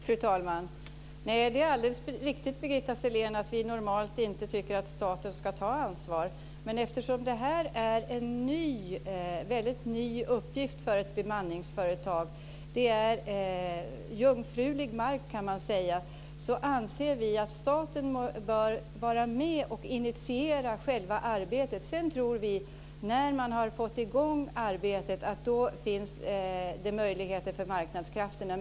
Fru talman! Nej, det är alldeles riktigt, Birgitta Sellén, att vi normalt inte tycker att staten ska ta ansvar. Men eftersom det här är en väldigt ny uppgift för ett bemanningsföretag - man kan säga att det är jungfrulig mark - anser vi att staten bör vara med och initiera själva arbetet. Sedan tror vi, när man har fått i gång arbetet, att det finns möjligheter för marknadskrafterna.